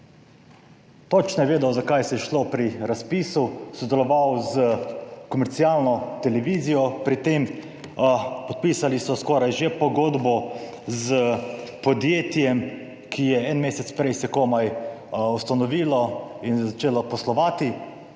Točno je vedel za kaj se je šlo pri razpisu, sodeloval s komercialno televizijo pri tem, podpisali so skoraj že pogodbo s podjetjem, ki je en mesec prej se komaj ustanovilo in začelo poslovati,